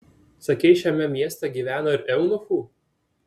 sakei šiame mieste gyvena ir eunuchų